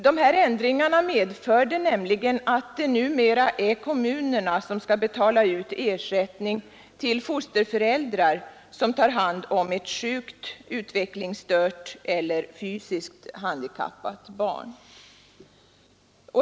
De ändringarna medförde nämligen att det numera är kommunerna som skall betala ut ersättning till fosterföräldrar som tar hand om ett sjukt, utvecklingsstört eller fysiskt handikappat barn.